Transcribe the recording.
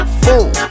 fool